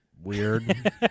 weird